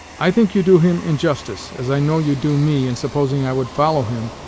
i think you do him injustice, as i know you do me, in supposing i would follow him,